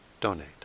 donate